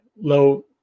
low